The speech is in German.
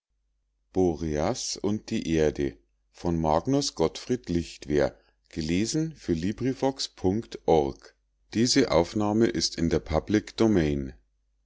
magnus gottfried lichtwer